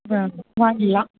ஆ வாங்கிடலாம்